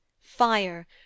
fire